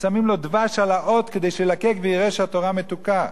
שמים לו דבש על האות כדי שהוא ילקק ויראה שהתורה מתוקה.